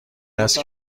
است